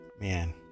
Man